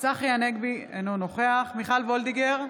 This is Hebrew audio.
צחי הנגבי, אינו נוכח מיכל וולדיגר,